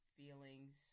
feelings